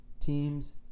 teams